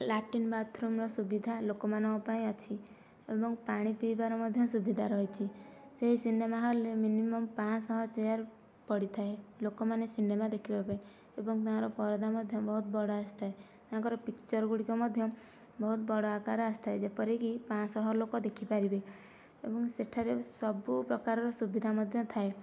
latrine ବାଥ୍ରୁମର ସୁବିଧା ଲୋକମାନଙ୍କ ପାଇଁ ଅଛି ଏବଂ ପାଣି ପିଇବାର ମଧ୍ୟ ସୁବିଧା ରହିଛି ସେହି ସିନେମା ହଲରେ ମିନିମମ ପାଁଶହ ଚେୟାର ପଡ଼ିଥାଏ ଲୋକମାନେ ସିନେମା ଦେଖିବାପାଇଁ ଏବଂ ତାଙ୍କର ପରଦା ମଧ୍ୟ ବହୁତ ବଡ଼ ଆସିଥାଏ ତାଙ୍କର ପିକ୍ଚର ଗୁଡ଼ିକ ମଧ୍ୟ ବହୁତ ବଡ଼ ଆକାରର ଆସିଥାଏ ଯେପରିକି ପାଁଶହ ଲୋକ ଦେଖିପାରିବେ ଏବଂ ସେଠାରେ ସବୁ ପ୍ରକାରର ସୁବିଧା ମଧ୍ୟ ଥାଏ